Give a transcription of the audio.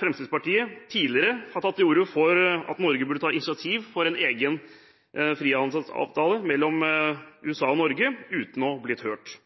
Fremskrittspartiet tidligere har tatt til orde for at Norge burde ta initiativ til en egen frihandelsavtale mellom USA og Norge, uten å bli hørt.